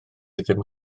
ddim